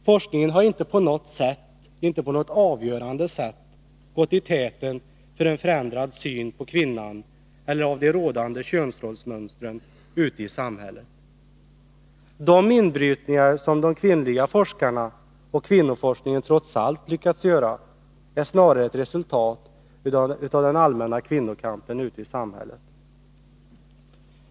Forskningen har inte på något avgörande sätt gått i täten för en förändrad syn på kvinnan eller av de rådande könsrollsmönstren ute i samhället. De inbrytningar som de kvinnliga forskarna och kvinnoforskningen trots allt lyckats göra är snarare ett resultat av den allmänna kvinnokampen ute i samhället.